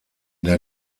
der